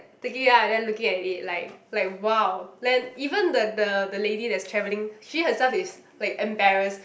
taking it up and looking at it like like wow then even the the the lady that's traveling she herself is like embarrassed